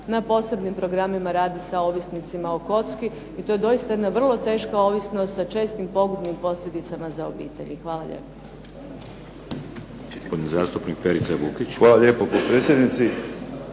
na posebnim programima radi sa ovisnicima o kocki, i to je doista jedna vrlo teška ovisnost sa čestim pogubnim posljedicama za obitelj. Hvala lijepa.